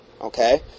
Okay